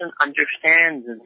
understands